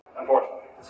unfortunately